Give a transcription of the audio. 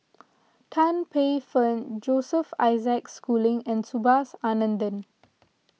Tan Paey Fern Joseph Isaac Schooling and Subhas Anandan